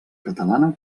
catalana